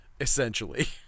essentially